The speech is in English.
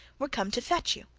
we're come to fetch you.